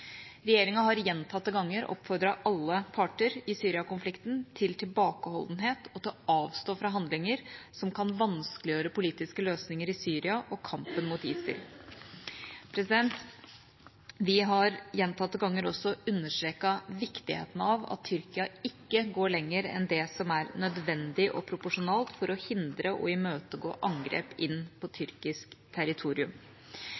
Regjeringa har gjentatte ganger oppfordret alle parter i Syria-konflikten til tilbakeholdenhet og til å avstå fra handlinger som kan vanskeliggjøre politiske løsninger i Syria og kampen mot ISIL. Vi har gjentatte ganger også understreket viktigheten av at Tyrkia ikke går lenger enn det som er nødvendig og proporsjonalt for å hindre og imøtegå angrep inn på